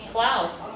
Klaus